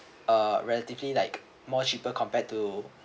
uh relatively like more cheaper compared to